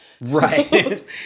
Right